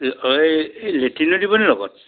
কি এই লেটিনো দিবনি লগত